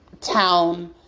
town